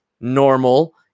normal